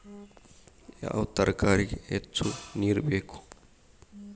ಯಾವ ತರಕಾರಿಗೆ ಹೆಚ್ಚು ನೇರು ಬೇಕು?